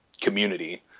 community